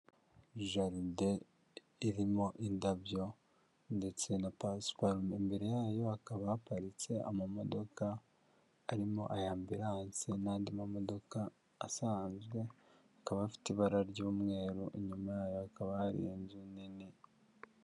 Jaride irimo indabyo ndetse na pasiparume, imbere yayo hakaba haparitse amamodoka, arimo ay'ambilanse n'andi mamodoka asanzwe, akaba afite ibara ry'umweru, inyuma yayo hakaba hari inzu nini.